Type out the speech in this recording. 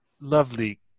lovely